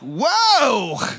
whoa